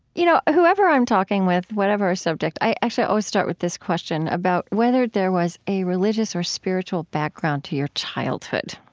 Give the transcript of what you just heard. you know, whoever i'm talking with, whatever subject i actually always start with this question about whether there was a religious or spiritual background to your childhood